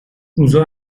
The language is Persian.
روزها